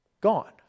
gone